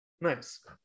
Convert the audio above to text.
Nice